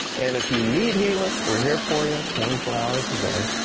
and if you need healing, we're here for you twenty four hours a day.